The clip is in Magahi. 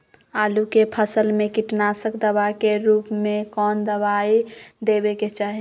आलू के फसल में कीटनाशक दवा के रूप में कौन दवाई देवे के चाहि?